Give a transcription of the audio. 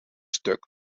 stuk